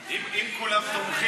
אני לא מבין